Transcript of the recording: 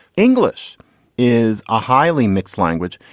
english is a highly mixed language.